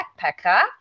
backpacker